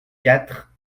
quatre